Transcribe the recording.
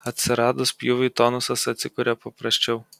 atsiradus pjūviui tonusas atsikuria prasčiau